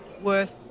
worth